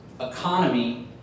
economy